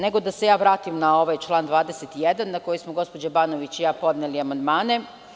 Nego, da se ja vratim na ovaj član 21. na koji smo gospođa Banović i ja podnele amandmane.